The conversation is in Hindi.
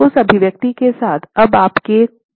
उस अभिव्यक्ति के साथ अब आप k के मान का अनुमान लगाएँ